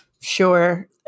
sure